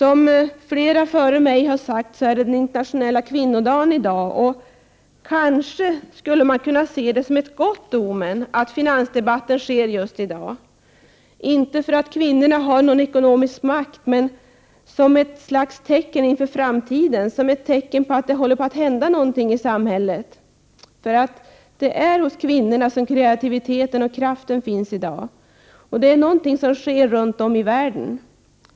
I dag är det den internationella kvinnodagen, som sagt. Kanske kan man se det som ett gott omen att finansdebatten äger rum just i dag — inte för att kvinnorna har någon ekonomisk makt men som ett slags tecken inför framtiden, som ett tecken på något som håller på att hända i samhället. Det är nämligen hos kvinnorna som kreativiteten hos kvinnorna som kreativiteten och kraften finns. Det sker något runt om i världen.